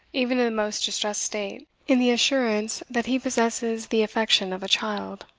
even in the most distressed state, in the assurance that he possesses the affection of a child.